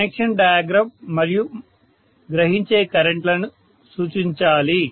connection diagram మరియు గ్రహించే current లను సూచించాలి